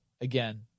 again